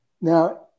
Now